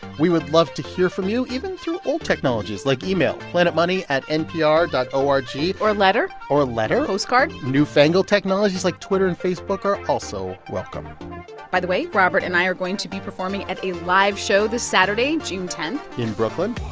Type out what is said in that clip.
we would love to hear from you, even through old technologies like email planetmoney at npr dot o r g or a letter or a letter postcard new fangled technologies, like twitter and facebook are also welcome by the way, robert and i are going to be performing at a live show this saturday, june ten. in brooklyn.